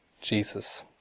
Jesus